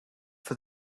for